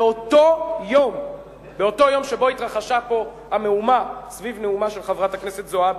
באותו יום שבו התרחשה פה המהומה סביב נאומה של חברת הכנסת זועבי,